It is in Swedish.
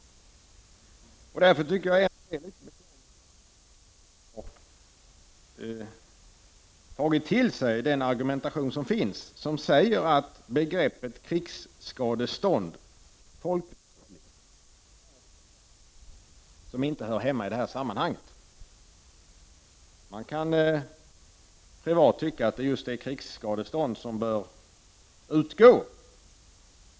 Därför tycker jag att det är litet beklagligt att centern inte har tagit till sig argumentationen om att krigsskadestånd folkrättsligt är ett begrepp som inte hör hemma i det här sammanhanget. Man kan privat tycka att det är just krigsskadestånd som bör utgå.